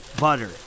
butter